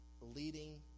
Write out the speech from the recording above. leading